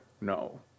No